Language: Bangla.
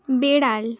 বেড়াল